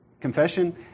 Confession